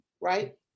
Right